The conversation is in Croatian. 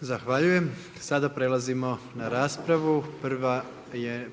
Zahvaljujem. Sada prelazimo na raspravu,